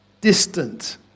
distant